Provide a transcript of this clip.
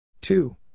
two